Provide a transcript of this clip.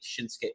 Shinsuke